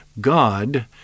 God